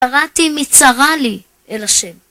קראתי מצרה לי אל השם